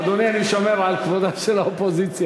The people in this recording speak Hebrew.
אדוני, אני שומר על כבודה של האופוזיציה.